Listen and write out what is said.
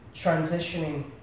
transitioning